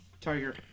Tiger